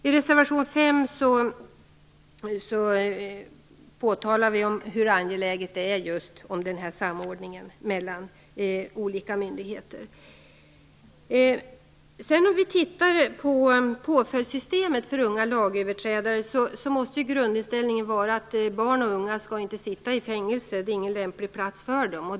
I reservation 5 påtalar vi hur angeläget det är just med den här samordningen mellan olika myndigheter. Tittar vi på påföljdssystemet för unga lagöverträdare måste grundinställningen vara att barn och unga inte skall sitta i fängelse. Det är inte någon lämplig plats för dem.